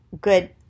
good